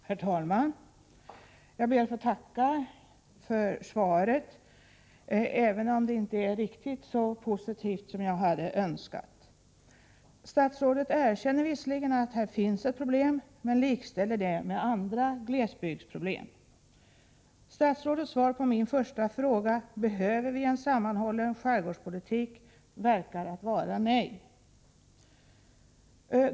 Herr talman! Jag ber att få tacka för svaret, även om det inte är riktigt så positivt som jag hade önskat. Statsrådet erkänner visserligen att det här finns ett problem, men likställer det med andra glesbygdsproblem. Statsrådets svar på min första fråga, om vi behöver en sammanhållen skärgårdspolitik, verkar vara nej.